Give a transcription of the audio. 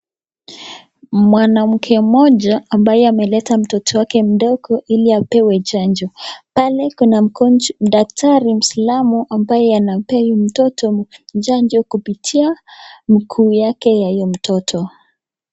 Mwanamke mmoja ambaye ameleta mtoto wake mdogo ili apewe chanjo, pale kuna daktari muislamu ambaye anapee huyu mtoto chanjo kupitia mguu yake ya huyo mtoto.